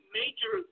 major